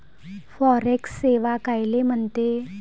Forex सेवा कायले म्हनते?